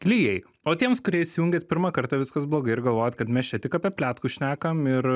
klijai o tiems kurie įsijungėt pirmą kartą viskas blogai ir galvojat kad mes čia tik apie pletkus šnekam ir